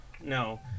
No